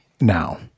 now